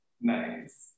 Nice